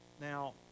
Now